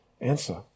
answer